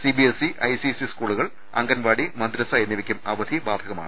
C B S E I C S E സ്കൂളുകൾ അംഗൻവാടി മദ്രസ്സ എന്നിവയ്ക്കും അവധി ബാധകമാണ്